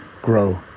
grow